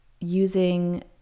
using